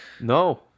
No